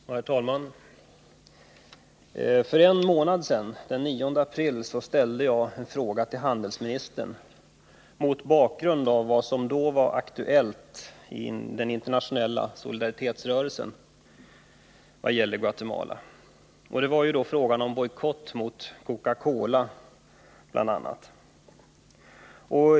Herr talman! För drygt en månad sedan, den 9 april, ställde jag en fråga till handelsministern mot bakgrund av vad som då i den internationella solidaritetsrörelsen var aktuellt vad gäller Guatemala — bojkotten mot bl.a. Coca-Cola.